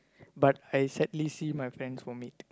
but I sadly see my friends vomit